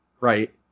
Right